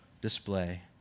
display